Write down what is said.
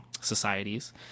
societies